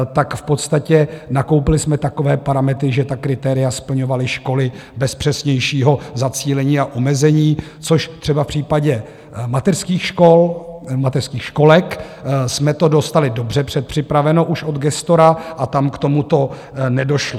V podstatě nakoupili jsme takové parametry, že kritéria splňovaly školy bez přesnějšího zacílení a omezení, což třeba v případě mateřských školek jsme to dostali dobře předpřipraveno už od gestora, a tam k tomuto nedošlo.